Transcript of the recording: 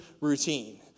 routine